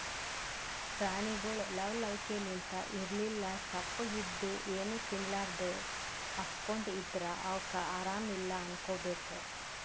ಪ್ರಾಣಿಗೊಳ್ ಲವ್ ಲವಿಕೆಲಿಂತ್ ಇರ್ಲಿಲ್ಲ ಸಪ್ಪಗ್ ಇದ್ದು ಏನೂ ತಿನ್ಲಾರದೇ ಹಸ್ಕೊಂಡ್ ಇದ್ದರ್ ಅವಕ್ಕ್ ಆರಾಮ್ ಇಲ್ಲಾ ಅನ್ಕೋಬೇಕ್